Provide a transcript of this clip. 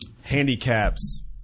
handicaps